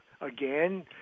Again